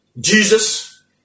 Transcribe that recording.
Jesus